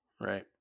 Right